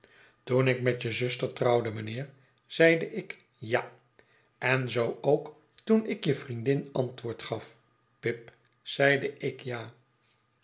toen ik met je zuster trouwde mijnheer zeide ik ja en zoo ook toen ik je vriendin antwoord gaf pip zeide ik ja